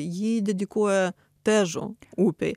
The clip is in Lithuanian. ji dedikuoja težo upei